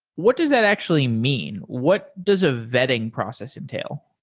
what does that actually mean? what does a vetting process entail?